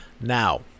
Now